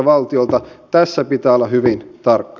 tässä pitää olla hyvin tarkka